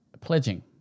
pledging